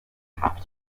have